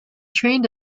trained